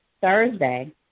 Thursday